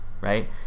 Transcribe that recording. right